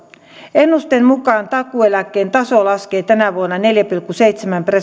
ennusteen mukaan takuueläkkeen taso laskee tänä vuonna neljä pilkku seitsemän